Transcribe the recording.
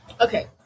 Okay